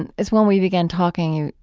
and as when we began talking,